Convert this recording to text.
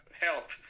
help